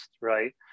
Right